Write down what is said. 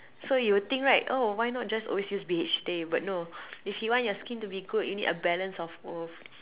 so you will think right oh why not just always use B_H_A but no if you want your skin to be good you need a balance of both